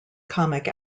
comic